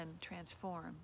transform